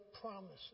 promises